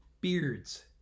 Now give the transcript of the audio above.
beards